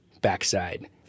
backside